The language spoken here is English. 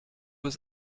was